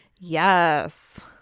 Yes